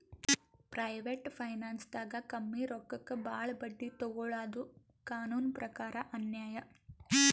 private ಫೈನಾನ್ಸ್ದಾಗ್ ಕಮ್ಮಿ ರೊಕ್ಕಕ್ ಭಾಳ್ ಬಡ್ಡಿ ತೊಗೋಳಾದು ಕಾನೂನ್ ಪ್ರಕಾರ್ ಅನ್ಯಾಯ್